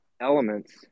elements